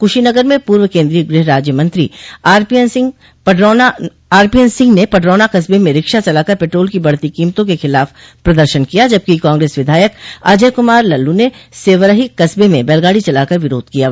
कुशीनगर में पूर्व केन्द्रीय गृह राज्य मंत्री आरपीएन सिह पडरौना कस्बे में रिक्शा चलाकर पेट्रोल की बढ़ती कोमतों के खिलाफ प्रदर्शन किया जबकि कांग्रेस विधायक अजय कुमार लल्लू ने सेवरही कस्बे में बैलगाड़ी चला कर विरोध प्रकट किया